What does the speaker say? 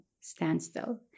standstill